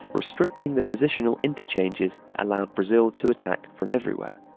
restricting the positional interchanges that allowed brazil to attack from everywhere.